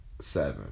seven